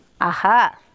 Aha